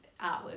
artwork